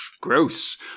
gross